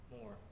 more